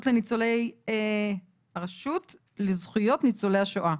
הרשות לזכויות ניצולי השואה,